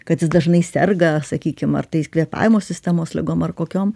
kad jis dažnai serga sakykim ar tai kvėpavimo sistemos ligom ar kokiom